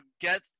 get